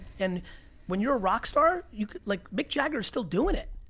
and when you're a rockstar, yeah like mick jagger's still doing it.